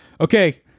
Okay